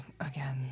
again